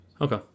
Okay